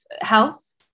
Health